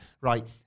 Right